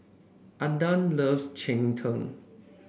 Aydan loves Cheng Tng